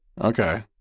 Okay